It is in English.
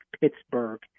Pittsburgh